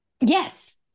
Yes